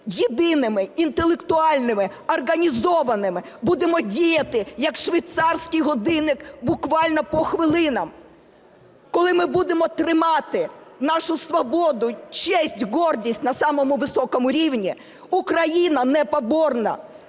єдиними, інтелектуальними, організованими, будемо діяти як швейцарський годинник буквально по хвилинах, коли ми будемо тримати нашу свободу, честь, гордість на самому високому рівні, Україна непоборна